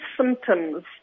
symptoms